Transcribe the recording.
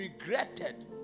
regretted